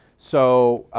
so